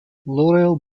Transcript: laurel